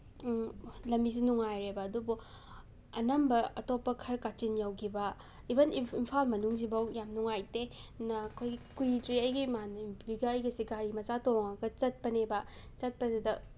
ꯂꯝꯕꯤꯁꯦ ꯅꯨꯡꯉꯥꯏꯔꯦꯕ ꯑꯗꯨꯕꯨ ꯑꯅꯝꯕ ꯑꯇꯣꯞꯄ ꯈꯔ ꯀꯥꯆꯤꯟ ꯌꯧꯈꯤꯕ ꯏꯚꯟ ꯏꯝꯐꯥꯜ ꯃꯅꯨꯡꯁꯤ ꯐꯥꯎ ꯌꯥꯝ ꯅꯨꯡꯉꯥꯏꯇꯦ ꯑꯗꯨꯅ ꯑꯩꯈꯣꯏ ꯀꯨꯏꯗ꯭ꯔꯤ ꯑꯩꯒꯤ ꯏꯃꯥꯟꯅꯕꯤꯒ ꯑꯩꯒꯁꯦ ꯒꯥꯔꯤ ꯃꯆꯥ ꯇꯣꯡꯉꯒ ꯆꯠꯄꯅꯦꯕ ꯆꯠꯄꯗꯨꯗ